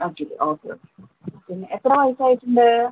ആ ശരി okay okay പിന്നെ എത്ര വയസ്സ് ആയിട്ടുണ്ട്